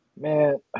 Man